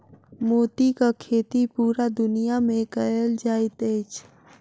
मोतीक खेती पूरा दुनिया मे कयल जाइत अछि